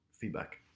Feedback